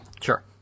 Sure